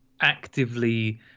actively